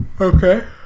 Okay